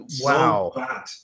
Wow